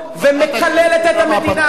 ומקללת את המדינה,